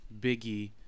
Biggie